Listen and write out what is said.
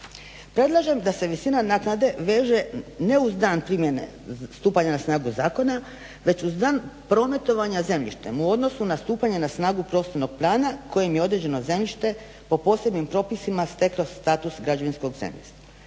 Predlažem da se visina naknade veže ne uz dan primjene, stupanja na snagu zakona, već uz dan prometovanja zemljištem u odnosu na stupanje na snagu prostornog plana kojim je određeno zemljište po posebnim propisima steklo status građevinskog zemljišta.